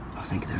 i think